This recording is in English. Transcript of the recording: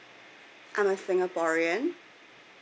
I'm a singaporean